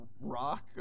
rock